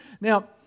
Now